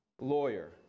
lawyer